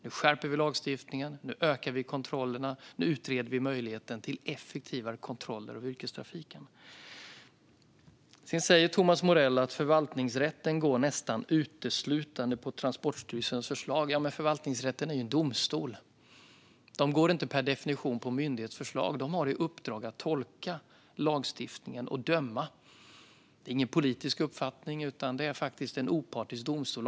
Nu skärper vi lagstiftningen, nu ökar vi kontrollerna och nu utreder vi möjligheterna till effektivare kontroller av yrkestrafiken. Thomas Morell säger att förvaltningsrätten nästan uteslutande går på Transportstyrelsens förslag. Ja, men förvaltningsrätten är ju en domstol. De går inte per definition på myndighetsförslag utan har i uppdrag att tolka lagstiftningen och döma. Det finns ingen politisk uppfattning, utan det är faktiskt en opartisk domstol.